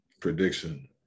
prediction